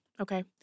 Okay